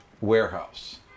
warehouse